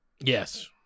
yes